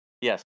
yes